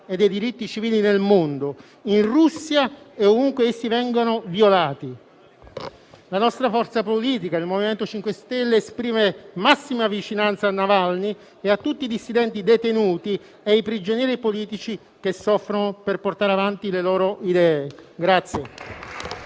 e dei diritti civili nel mondo, in Russia e ovunque essi vengano violati. La nostra forza politica, il MoVimento 5 Stelle, esprime massima vicinanza a Navalny e a tutti i dissidenti detenuti e ai prigionieri politici che soffrono per portare avanti le loro idee.